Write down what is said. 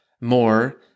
more